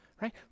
right